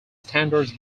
standards